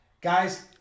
Guys